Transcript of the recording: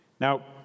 Now